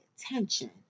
attention